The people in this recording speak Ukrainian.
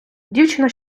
дівчина